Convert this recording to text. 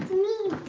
me,